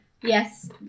Yes